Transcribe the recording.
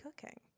cooking